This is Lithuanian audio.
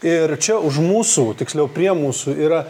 ir čia už mūsų tiksliau prie mūsų yra